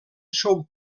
són